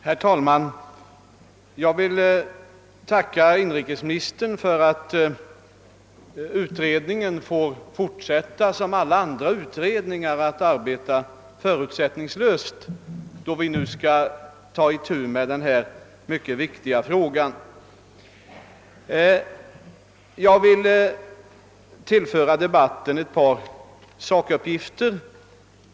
Herr talman! Jag vill tacka inrikesministern för att KSA-utredningen som alla andra utredningar får fortsätta att arbeta förutsättningslöst, då den nu skall ta itu med denna viktiga fråga. Jag vill tillföra debatten ett par sakuppgifter.